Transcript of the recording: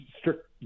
strict